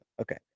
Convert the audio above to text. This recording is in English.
Okay